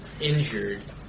injured